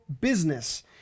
Business